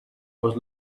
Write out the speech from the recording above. was